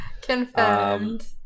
Confirmed